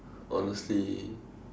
honestly